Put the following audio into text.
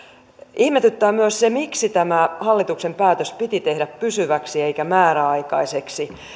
ihmetyttää myös se miksi tämä hallituksen päätös piti tehdä pysyväksi eikä määräaikaiseksi